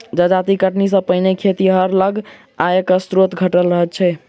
जजाति कटनी सॅ पहिने खेतिहर लग आयक स्रोत घटल रहल छै